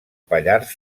pallars